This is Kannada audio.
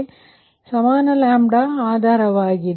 ಏಕೆಂದರೆ ಅದು ಸಮಾನ ಆಧಾರವಾಗಿದೆ